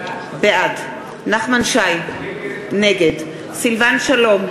בעד נחמן שי, נגד סילבן שלום,